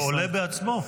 הוא עולה בעצמו.